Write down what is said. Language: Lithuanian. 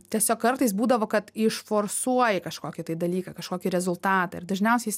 tiesiog kartais būdavo kad išforsuoji kožkokį tai dalyką kažkokį rezultatą ir dažniausiai jis